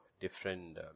different